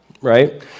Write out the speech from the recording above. right